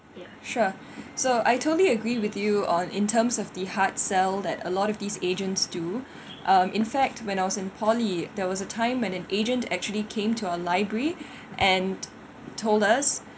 ya sure so I totally agree with you on in terms of the hard sell that a lot of these agents do um in fact when I was in poly there was a time when an agent actually came to a library and told us